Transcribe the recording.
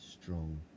strong